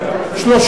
נתקבלה.